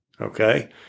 Okay